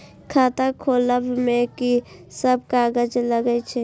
खाता खोलब में की सब कागज लगे छै?